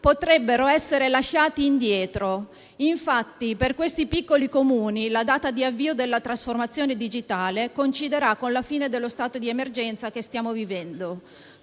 potrebbero essere lasciati indietro. Infatti per questi piccoli Comuni la data di avvio della trasformazione digitale coinciderà con la fine dello stato di emergenza che stiamo vivendo.